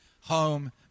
home